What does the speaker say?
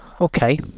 okay